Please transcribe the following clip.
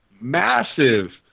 massive